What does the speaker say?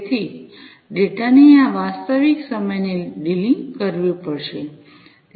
તેથી ડેટાની આ વાસ્તવિક સમયની ડીલિંગ કરવી પડશે